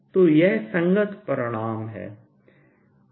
तो यह संगत परिणाम है